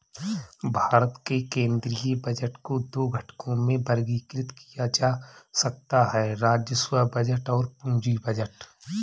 भारत के केंद्रीय बजट को दो घटकों में वर्गीकृत किया जा सकता है राजस्व बजट और पूंजी बजट